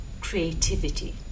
creativity